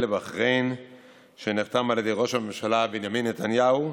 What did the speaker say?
לבחריין שנחתם על ידי ראש הממשלה בנימין נתניהו,